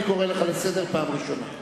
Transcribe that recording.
אני קורא לך לסדר פעם ראשונה.